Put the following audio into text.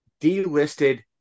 delisted